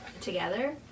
together